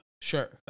Sure